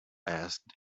asked